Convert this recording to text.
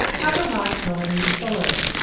other like nominees followed,